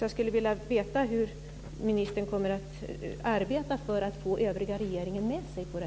Jag skulle vilja veta hur ministern kommer att arbeta för att få övriga regeringen med på det.